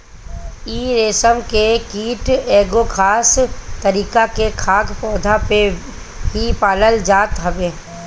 इ रेशम के कीट एगो खास तरीका के खाद्य पौधा पे ही पालल जात हवे